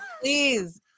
please